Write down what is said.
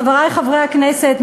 חברי חברי הכנסת,